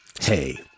Hey